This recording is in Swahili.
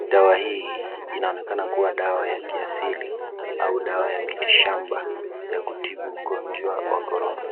Dawa hii inaonekana kuwa dawa ya kiasiri au dawa ya mitishamba ya kutibu ugonjwa wa corona.